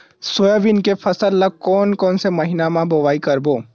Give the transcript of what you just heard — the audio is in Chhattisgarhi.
सोयाबीन के फसल ल कोन कौन से महीना म बोआई करबो?